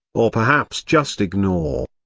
or perhaps just ignore.